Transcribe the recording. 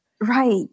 Right